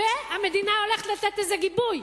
והמדינה הולכת לתת לזה גיבוי.